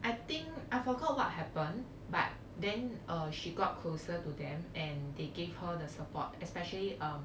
I think I forgot what happen but then uh she got closer to them and they gave her the support especially uh